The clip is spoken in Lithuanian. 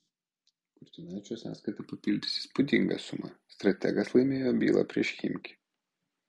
kurtinaičio sąskaitą papildys įspūdinga suma strategas laimėjo bylą prieš chimki